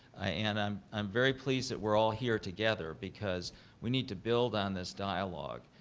ah and i'm i'm very pleased that we are all here together because we need to build on this dialogue.